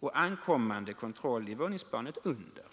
och kontroll för ankommande i våningsplanet under.